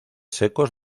secos